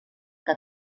que